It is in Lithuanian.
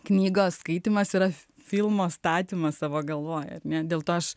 knygos skaitymas yra filmo statymas savo galvoje ne dėl to aš